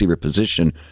position